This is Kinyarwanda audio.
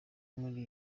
muri